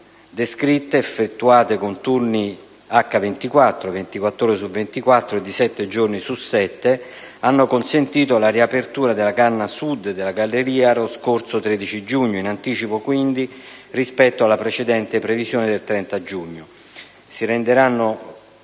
descritte, effettuate con turni di 24 ore su 24 e di sette giorni su sette, hanno consentito la riapertura della canna sud della galleria lo scorso 13 giugno, quindi in anticipo rispetto alla precedente previsione del 30 giugno; si renderanno